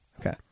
Okay